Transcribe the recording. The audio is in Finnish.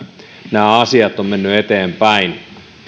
nämä asiat ovat menneet eteenpäin